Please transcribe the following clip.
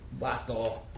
Bato